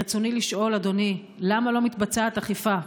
רצוני לשאול, אדוני: למה לא מתבצעת אכיפה?